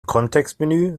kontextmenü